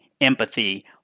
empathy